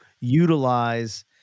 utilize